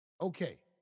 Okay